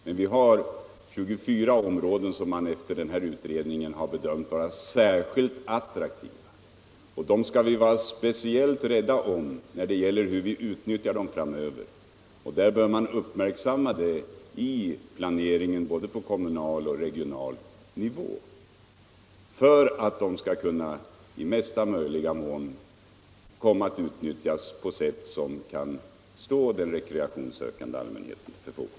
Men efter denna utredning har man bedömt 24 områden som särskilt attraktiva, och dessa områden skall vi vara speciellt rädda om vid utnyttjandet framöver. Detta bör uppmärksammas i planeringen på både kommunal och regional nivå, så att dessa områden i största möjliga utsträckning kommer att stå den rekreationssökande allmänheten till förfogande.